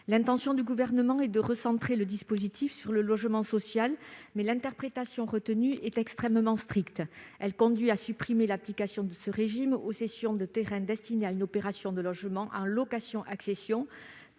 L'intention du Gouvernement est de recentrer le dispositif sur le logement social, mais l'interprétation retenue est extrêmement stricte. Elle conduit à supprimer l'application de ce régime aux cessions de terrains destinés à une opération de logement en location-accession